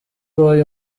boy